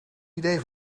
idee